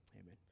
Amen